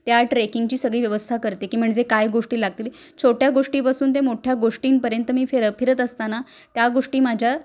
त्या ट्रेकिंगची सगळी व्यवस्था करते की म्हणजे काय गोष्टी लागतील छोट्या गोष्टीपासून ते मोठ्या गोष्टींपर्यंत मी फिर फिरत असताना त्या गोष्टी माझ्या